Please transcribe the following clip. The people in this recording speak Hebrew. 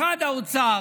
משרד האוצר,